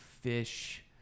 fish